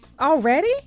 Already